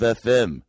fm